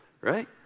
right